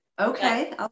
Okay